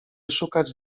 szukać